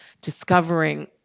discovering